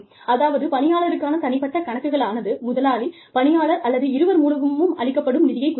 அதாவது பணியாளருக்கான தனிப்பட்ட கணக்குகளானது முதலாளி பணியாளர் அல்லது இருவர் மூலமும் அளிக்கப்படும் நிதியை குறிக்கிறது